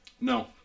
No